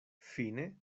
fine